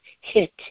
hit